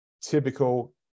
Typical